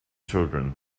children